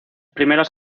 primeras